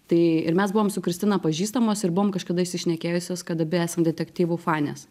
tai ir mes buvom su kristina pažįstamos ir buvom kažkada įsišnekėjusios kad abi esam detektyvų fanės